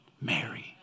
Mary